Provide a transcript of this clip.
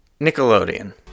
Nickelodeon